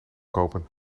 kopen